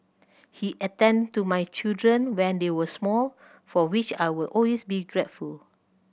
he attended to my children when they were small for which I will always be grateful